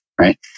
right